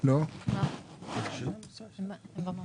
ביטון אינו נוכח